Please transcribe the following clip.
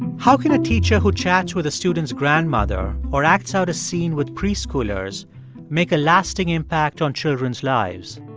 how can a teacher who chats with a student's grandmother or acts out a scene with preschoolers make a lasting impact on children's lives?